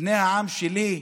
בני העם שלי,